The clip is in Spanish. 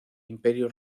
imperio